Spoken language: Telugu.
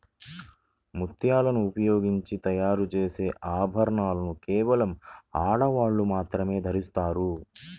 ముత్యాలను ఉపయోగించి తయారు చేసే ఆభరణాలను కేవలం ఆడవాళ్ళు మాత్రమే ధరిస్తారు